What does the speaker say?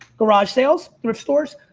garage sales, thrift stores,